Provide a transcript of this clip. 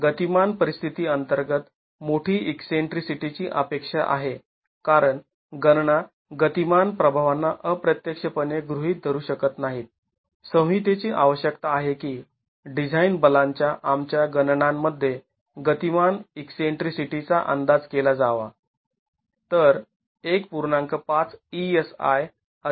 गतिमान परिस्थिती अंतर्गत मोठी ईकसेंट्रीसिटीची अपेक्षा आहे कारण गणना गतिमान प्रभावांना अप्रत्यक्षपणे गृहीत धरू शकत नाहीत संहितेची आवश्यकता आहे की डिझाईन बलांच्या आमच्या गणानांमध्ये गतिमान ईकसेंट्रीसिटीचा अंदाज केला जावा